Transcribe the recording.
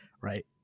right